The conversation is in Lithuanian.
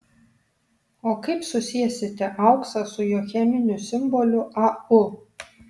o kaip susiesite auksą su jo cheminiu simboliu au